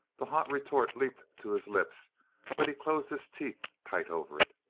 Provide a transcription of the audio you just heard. the hot retort leaped to his lips but he closed his teeth tight over it.